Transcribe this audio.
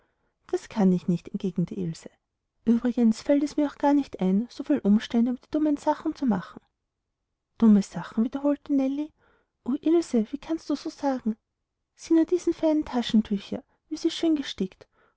das kann ich nicht entgegnete ilse uebrigens fällt es mir auch gar nicht ein so viel umstände um die dummen sachen zu machen dumme sachen wiederholte nellie o ilse wie kannst du so sagen sieh diesen feinen taschentücher wie sie schön gestickt